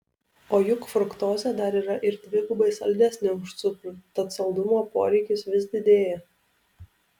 o juk fruktozė dar yra ir dvigubai saldesnė už cukrų tad saldumo poreikis vis didėja